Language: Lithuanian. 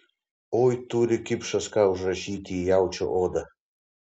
oi turi kipšas ką užrašyti į jaučio odą